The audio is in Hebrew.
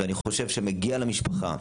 ואני חושב שמגיע למשפחה,